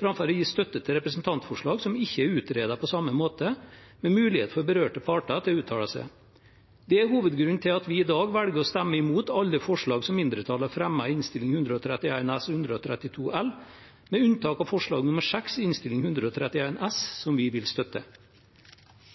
framfor å gi støtte til representantforslag som ikke er utredet på samme måte, med mulighet for berørte parter til å uttale seg. Det er hovedgrunnen til at vi i dag velger å stemme imot alle forslag som mindretallet har fremmet i Innst. 131 S og Innst. 132 L, med unntak av forslag nr. 6 i Innst. 131 S, som vi vil støtte.